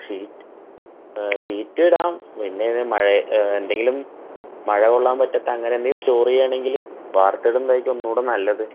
sheet ഷീറ്റിടാം പിന്നെയത് മഴ എന്തെങ്കിലും മഴ കൊള്ളാൻ പറ്റാത്ത അങ്ങനെന്തെങ്കിലും സ്റ്റോറി ആണെങ്കിൽ വാർത്തിടുന്നതായിരിക്കും ഒന്നുകൂടി നല്ലത്